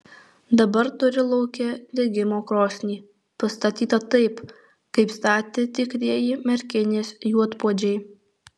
dabar turi lauke degimo krosnį pastatytą taip kaip statė tikrieji merkinės juodpuodžiai